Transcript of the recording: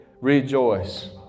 Rejoice